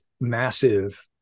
massive